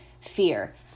fear